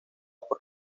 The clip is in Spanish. por